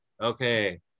Okay